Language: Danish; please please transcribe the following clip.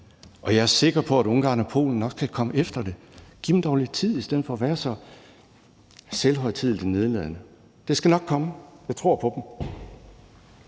og jeg er sikker på, at Ungarn og Polen nok skal komme efter det. Giv dem dog lidt tid i stedet for at være så selvhøjtideligt nedladende. Det skal nok komme. Jeg tror på dem.